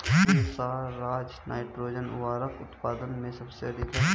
कौन सा राज नाइट्रोजन उर्वरक उत्पादन में सबसे अधिक है?